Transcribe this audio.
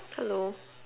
hello